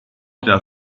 der